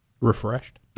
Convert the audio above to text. refreshed